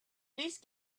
please